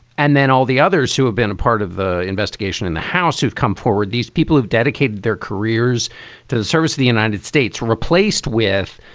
and then all the others who have been a part of the investigation in the house, who've come forward, these people who've dedicated their careers to the service of the united states, replaced with,